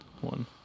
one